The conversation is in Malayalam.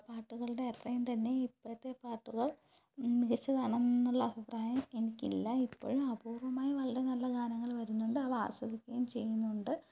പാട്ടുകളുടെ അത്രയും തന്നെ ഇപ്പോഴത്തെ പാട്ടുകൾ മികച്ചതാണെന്ന് ഉള്ള അഭിപ്രായം എനിക്ക് ഇല്ല ഇപ്പോഴും അപൂർവമായി വളരെ നല്ല ഗാനങ്ങൾ വരുന്നുണ്ട് അവ ആസ്വദിക്കുകയും ചെയ്യുന്നുണ്ട്